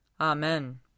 Amen